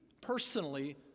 personally